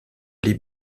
les